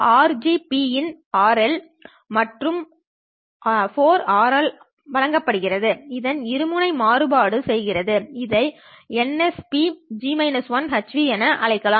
RGPinRL ஆனது 4R ஆல் வகுக்கப்படுவதால் அதன் இருபுறமும் மாறுபாடு செய்கிறது இதை nsp hν என அழைக்கலாம்